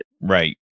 right